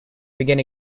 begin